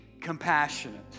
compassionate